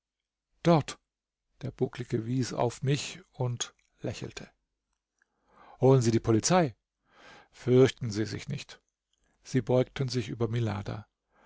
dort der bucklige wies auf mich und lächelte holen sie die polizei fürchten sie sich nicht sie beugten sich über milada